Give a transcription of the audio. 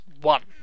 One